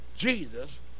Jesus